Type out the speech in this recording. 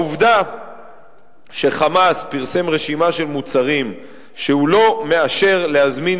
העובדה ש"חמאס" פרסם רשימה של מוצרים שהוא לא מאשר להזמין